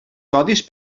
codis